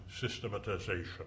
systematization